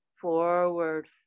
Forward